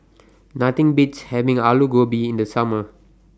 Nothing Beats having Alu Gobi in The Summer